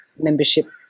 membership